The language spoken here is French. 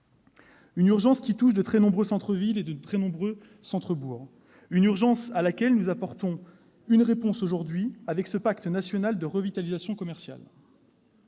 lien social. Elle touche de très nombreux centres-villes et de très nombreux centres-bourgs. Nous y apportons une réponse aujourd'hui, avec ce pacte national de revitalisation commerciale.